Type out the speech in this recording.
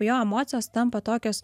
jo emocijos tampa tokios